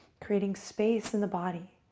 creating space in the body,